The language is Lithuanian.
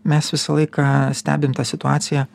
mes visą laiką stebim tą situaciją